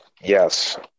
Yes